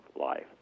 life